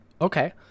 Okay